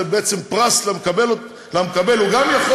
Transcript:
כשההשעיה זה בעצם פרס למקבל: הוא גם יכול